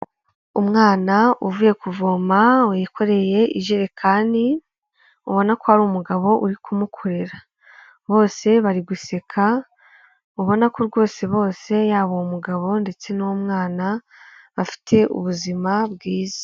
Umwana uvuye kuvoma wikoreye ijerekani ubona ko ari umugabo uri kumukorera. Bose bari guseka. Ubona ko rwose bose yaba uwo umugabo ndetse n'umwana bafite ubuzima bwiza.